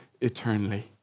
eternally